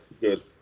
Good